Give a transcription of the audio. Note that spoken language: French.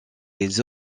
les